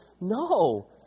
No